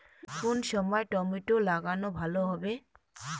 কোন সময় টমেটো লাগালে ভালো হবে?